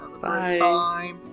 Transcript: Bye